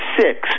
six